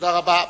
תודה רבה.